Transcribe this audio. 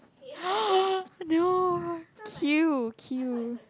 no queue queue